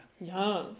Yes